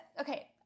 okay